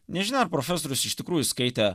nežino ar profesorius iš tikrųjų skaitė